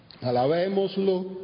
Alabémoslo